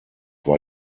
war